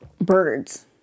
birds